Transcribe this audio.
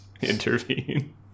intervene